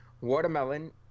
Watermelon